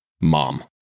Mom